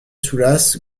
soulas